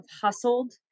hustled